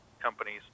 companies